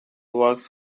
works